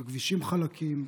הכבישים חלקים,